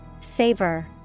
Savor